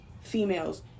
females